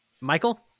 Michael